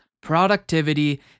productivity